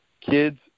kids